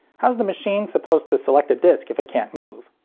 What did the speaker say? how's the machine supposed to select a disc if it can't move?